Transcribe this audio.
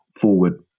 forward